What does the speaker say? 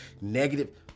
Negative